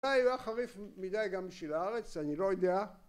אולי לא חריף מדי גם של הארץ אני לא יודע